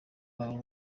babo